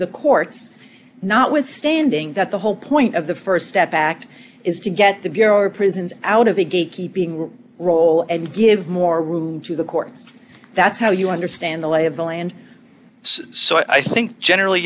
the courts notwithstanding that the whole point of the st step backed is to get the bureau of prisons out of the gate keeping role and give more room to the courts that's how you understand the lay of the land so i think generally